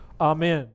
Amen